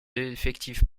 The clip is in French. effectifs